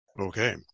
Okay